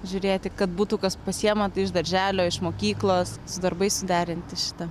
žiūrėti kad būtų kas pasiima tai iš darželio iš mokyklos su darbais suderinti šitą